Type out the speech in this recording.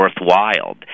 worthwhile